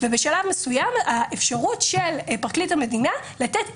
ובשלב מסוים האפשרות של פרקליט המדינה לתת אישור,